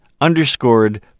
underscored